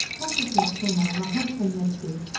what a dreadful man the husband must be!